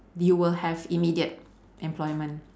you will have immediate employment